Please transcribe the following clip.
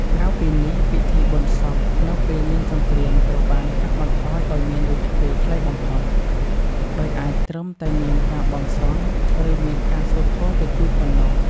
ក្រៅពីនេះ ពិធីបុណ្យសពនៅពេលមានសង្រ្គាមត្រូវបានកាត់បន្ថយឲ្យមានរយៈពេលខ្លីបំផុត ដោយអាចត្រឹមតែមានការបន់ស្រន់ ឬ មានការសូត្រធម៌តិចតួចប៉ុណ្ណោះ។